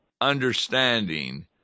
understanding